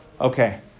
Okay